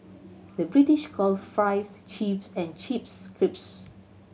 the British call fries chips and chips crisps